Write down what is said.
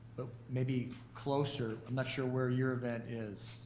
but maybe closer. i'm not sure where your event is.